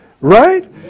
Right